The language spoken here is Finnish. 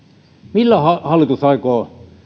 millä hallitus aikoo